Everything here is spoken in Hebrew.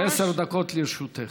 עשר דקות לרשותך.